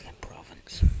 province